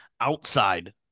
outside